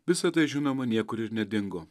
visa tai žinoma niekur ir nedingo